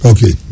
Okay